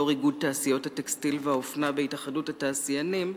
יושב-ראש תעשיות הטקסטיל והאופנה בהתאחדות התעשיינים,